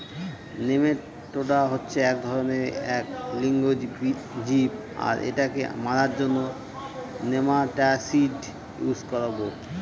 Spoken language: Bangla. নেমাটোডা হচ্ছে এক ধরনের এক লিঙ্গ জীব আর এটাকে মারার জন্য নেমাটিসাইড ইউস করবো